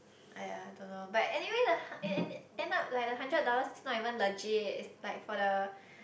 !aiya! I don't know but anyway the ha~ end up like the hundred dollars is not even legit it's like for the